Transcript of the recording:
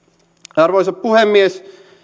arvoisa puhemies